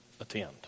attend